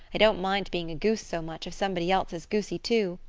i don't mind being a goose so much if somebody else is goosey, too.